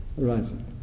arising